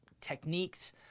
techniques